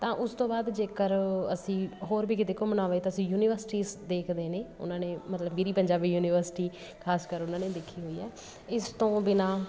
ਤਾਂ ਉਸ ਤੋਂ ਬਾਅਦ ਜੇਕਰ ਅਸੀਂ ਹੋਰ ਵੀ ਕਿਤੇ ਘੁੰਮਣਾ ਹੋਵੇ ਤਾਂ ਅਸੀਂ ਯੂਨੀਵਰਸਿਟੀਜ਼ ਦੇਖਦੇ ਨੇ ਉਹਨਾਂ ਨੇ ਮਤਲਬ ਮੇਰੀ ਪੰਜਾਬੀ ਯੂਨੀਵਰਸਿਟੀ ਖ਼ਾਸ ਕਰ ਉਹਨਾਂ ਨੇ ਦੇਖੀ ਹੋਈ ਹੈ ਇਸ ਤੋਂ ਬਿਨਾਂ